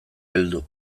heldu